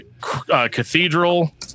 cathedral